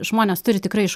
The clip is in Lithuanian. žmonės turi tikrai iš